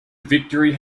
victory